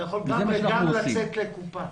אתה יכול גם לצאת לקופה.